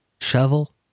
shovel